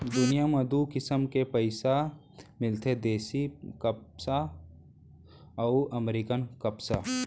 दुनियां म दू किसम के कपसा मिलथे देसी कपसा अउ अमेरिकन कपसा